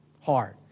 Hard